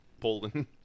Poland